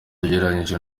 ugereranyije